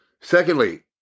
Secondly